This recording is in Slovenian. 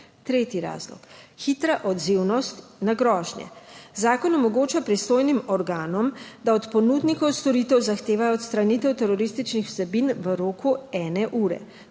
Tretji razlog, hitra odzivnost na grožnje. Zakon omogoča pristojnim organom, da od ponudnikov storitev zahtevajo odstranitev terorističnih vsebin v roku ene ure.